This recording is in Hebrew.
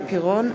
ההצבעה.